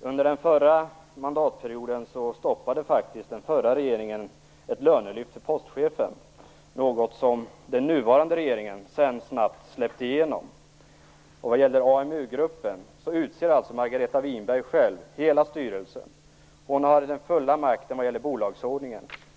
Under förra mandatperioden stoppade den förra regeringen ett lönelyft för postchefen, något som den nuvarande regeringen sedan snabbt släppte igenom. Vad gäller AMU-gruppen utser Margareta Winberg själv hela styrelsen. Hon har den fulla makten vad gäller bolagsordningen.